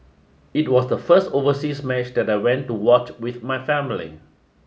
it was the first overseas match that I went to watch with my family